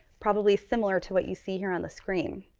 probably similar to what you see here on the screen.